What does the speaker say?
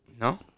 No